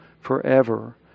forever